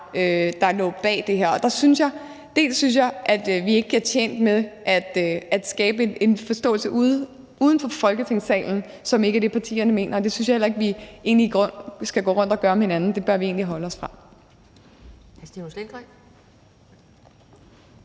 der lå bag det her. Der synes jeg, at vi ikke er tjent med at skabe en forståelse uden for Folketingssalen, som ikke er det, partierne mener, og det synes jeg heller ikke vi skal gå rundt og gøre om hinanden. Det bør vi egentlig holde os fra.